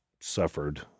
suffered